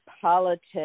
politics